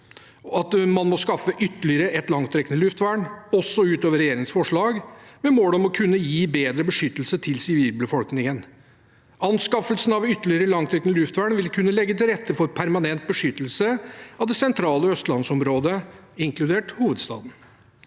om at man må skaffe ytterligere et langtrekkende luftvern, også utover regjeringens forslag, med mål om å kunne gi bedre beskyttelse til sivilbefolkningen. Anskaffelsen av ytterligere langtrekkende luftvern vil kunne legge til rette for permanent beskyttelse av det sentrale østlandsområdet, inkludert hovedstaden.